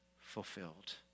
fulfilled